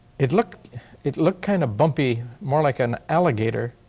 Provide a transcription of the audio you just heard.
it looked it looked kind of bumpy, more like an alligator.